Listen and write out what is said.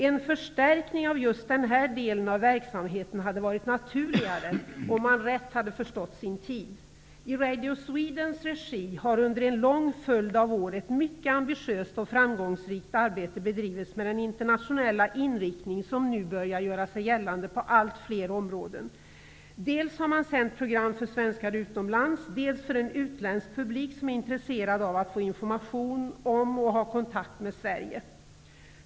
En förstärkning av just den här delen av verksamheten hade varit naturligare, om man rätt hade förstått sin tid. I Radio Swedens regi har under en lång följd av år ett mycket ambitiöst och framgångsrikt arbete bedrivits med den internationella inriktning som nu börjar göra sig gällande på allt fler områden. Man har sänt program dels för svenskar utomlands, dels för en utländsk publik som är intresserad av att få information om och ha kontakt med Sverige.